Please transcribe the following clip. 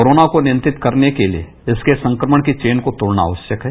corona को नियंत्रित करने के लिए संक्रमण की चेन को तोड़ना आकश्यक है